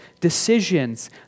decisions